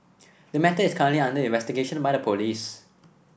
the matter is currently under investigation by the police